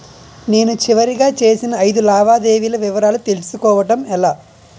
నేను చివరిగా చేసిన ఐదు లావాదేవీల వివరాలు తెలుసుకోవటం ఎలా?